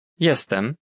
Jestem